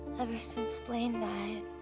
ever since blaine died,